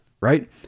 right